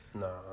No